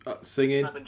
singing